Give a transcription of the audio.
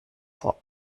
vor